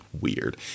weird